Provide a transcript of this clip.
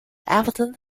advent